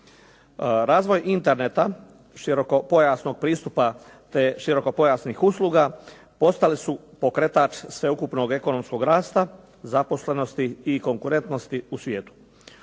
Razvoj interneta širokopojasnog pristupa te širokopojasnih usluga postali su pokretač sveukupnog ekonomskog rasta zaposlenosti i konkurentnosti u svijetu.